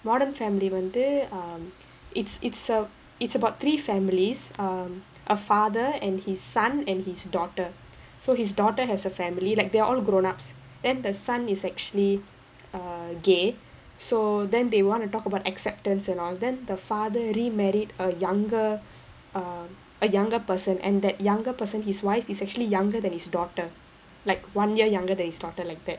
modern family வந்து:vanthu um it's it's a it's about three families um a father and his son and his daughter so his daughter has a family like they're all grown ups then the son is actually a gay so then they want to talk about acceptance and all then the father remarried a younger um a younger person and that younger person his wife is actually younger than his daughter like one year younger than his daughter like that